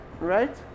right